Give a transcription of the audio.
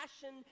passion